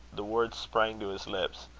the words sprang to his lips,